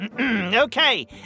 Okay